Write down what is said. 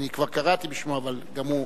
אני קראתי בשמו, אבל גם הוא.